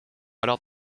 alors